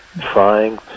trying